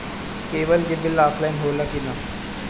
Cable के bill offline होला कि ना?